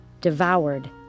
devoured